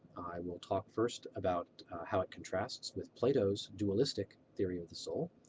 i will talk first about how it contrasts with plato's dualistic theory of the soul.